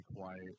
quiet